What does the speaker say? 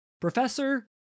Professor